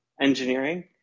engineering